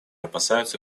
опасаются